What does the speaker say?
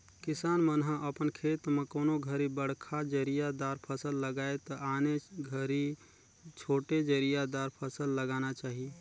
किसान मन ह अपन खेत म कोनों घरी बड़खा जरिया दार फसल लगाये त आने घरी छोटे जरिया दार फसल लगाना चाही